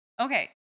Okay